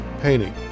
painting